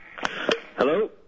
Hello